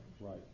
right